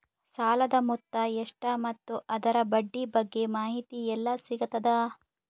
ಸಾಲದ ಮೊತ್ತ ಎಷ್ಟ ಮತ್ತು ಅದರ ಬಡ್ಡಿ ಬಗ್ಗೆ ಮಾಹಿತಿ ಎಲ್ಲ ಸಿಗತದ?